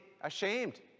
ashamed